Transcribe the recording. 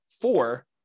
four